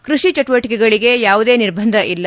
ಕೃಷಿ ಚಟುವಟಿಕೆಗಳಗೆ ಯಾವುದೇ ನಿರ್ಬಂಧ ಇಲ್ಲ